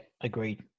agreed